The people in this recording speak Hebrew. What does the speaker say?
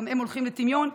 וגם הם יורדים לטמיון.